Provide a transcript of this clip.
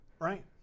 Right